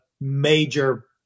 major